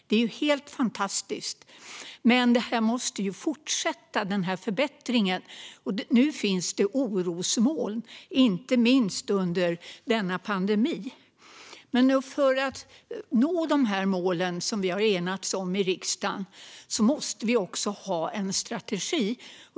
Det är helt fantastiskt, men denna förbättring måste fortsätta. Nu finns det orosmoln, inte minst under denna pandemi. För att nå de mål som vi har enats om i riksdagen måste vi ha en strategi.